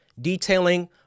detailing